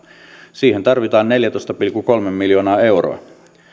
siihen tarvitaan neljätoista pilkku kolme miljoonaa euroa